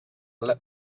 let